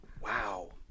Wow